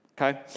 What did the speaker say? Okay